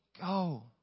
go